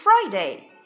Friday